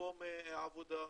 למקום העבודה,